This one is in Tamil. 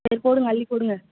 சரி போடுங்கள் அள்ளி போடுங்கள்